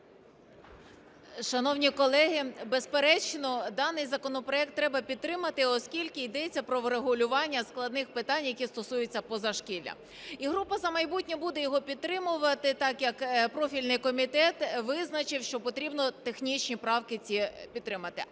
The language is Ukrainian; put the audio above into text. Шановні колеги, безперечно, даний законопроект треба підтримати, оскільки йдеться про врегулювання складних питань, які стосуються позашкілля. І група "За майбутнє" буде його підтримувати, так як профільний комітет визначив, що потрібно технічні правки ці підтримати.